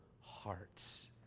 hearts